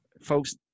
folks